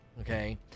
okay